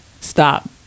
stop